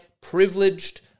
privileged